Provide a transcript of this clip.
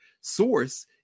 source